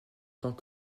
tant